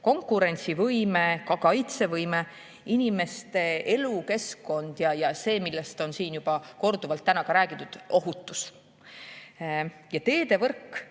konkurentsivõime, ka kaitsevõime, inimeste elukeskkond ja see, millest on siin juba korduvalt täna räägitud – ohutus. Teevõrk